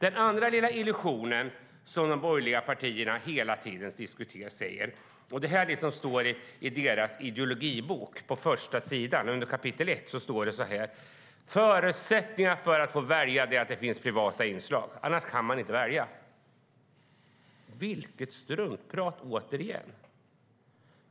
En annan liten illusion som de borgerliga partierna hela tiden talar om - och det här står på första sidan i kapitel 1 i deras ideologibok - är att förutsättningarna för att kunna välja är att det finns privata inslag. Vilket struntprat återigen!